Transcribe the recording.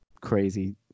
crazy